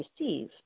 receive